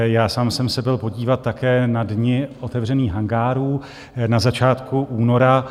Já sám jsem se byl podívat také na Dni otevřených hangárů na začátku února.